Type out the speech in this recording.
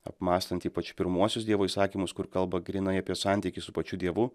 apmąstant ypač pirmuosius dievo įsakymus kur kalba grynai apie santykį su pačiu dievu